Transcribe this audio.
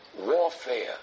warfare